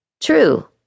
True